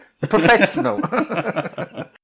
Professional